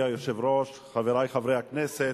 אדוני היושב-ראש, חברי חברי הכנסת,